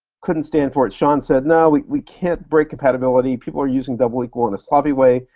couldn't stand for it. sean said, no, we can't break compatibility. people are using double equal in a sloppy way.